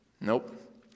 Nope